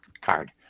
card